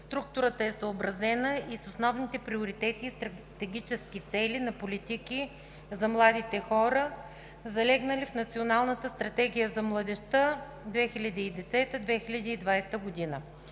Структурата е съобразена и с основните приоритети и стратегически цели на политики за младите хора, залегнали в Националната стратегия за младежта (2010 – 2020 г.).